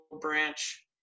branch